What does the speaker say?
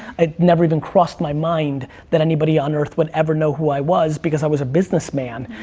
it never even crossed my mind that anybody on earth would ever know who i was, because i was a businessman.